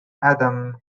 adam